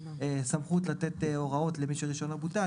סמכות לתת הוראות למי שרישיונו בוטל,